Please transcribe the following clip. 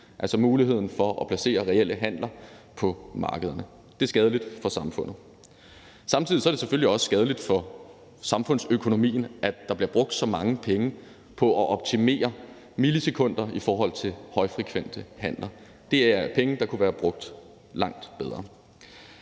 altså muligheden for at placere reelle handler på markederne. Det er skadeligt for samfundet. Samtidig er det selvfølgelig også skadeligt for samfundsøkonomien, at der bliver brugt så mange penge på at optimere højfrekvente handler med millisekunder. Det er penge, der kunne være brugt langt bedre.